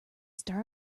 start